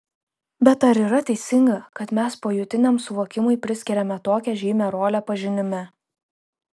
bet ar yra teisinga kad mes pojūtiniam suvokimui priskiriame tokią žymią rolę pažinime